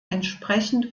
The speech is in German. entsprechend